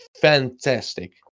fantastic